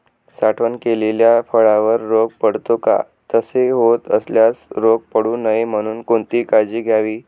साठवण केलेल्या फळावर रोग पडतो का? तसे होत असल्यास रोग पडू नये म्हणून कोणती काळजी घ्यावी?